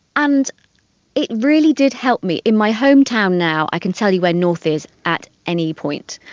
and it really did help me. in my hometown now i can tell you where north is at any point.